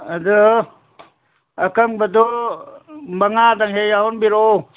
ꯑꯗꯣ ꯑꯀꯪꯕꯗꯣ ꯃꯉꯥꯗꯪ ꯍꯦꯛ ꯌꯥꯎꯍꯟꯕꯤꯔꯛꯑꯣ